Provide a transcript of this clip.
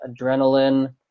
Adrenaline